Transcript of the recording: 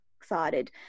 excited